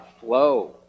flow